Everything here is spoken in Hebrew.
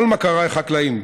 כל מכריי חקלאים.